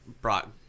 brought